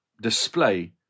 display